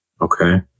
Okay